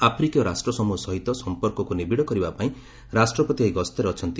ଆଫ୍ରିକୀୟ ରାଷ୍ଟ୍ରସମ୍ବହ ସହିତ ସମ୍ପର୍କକୁ ନିବିଡ଼ କରିବା ପାଇଁ ରାଷ୍ଟ୍ରପତି ଏହି ଗସ୍ତରେ ଅଛନ୍ତି